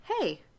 hey